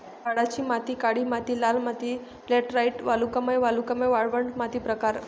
गाळाची माती काळी माती लाल माती लॅटराइट वालुकामय वालुकामय वाळवंट माती प्रकार